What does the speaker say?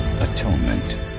Atonement